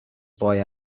boy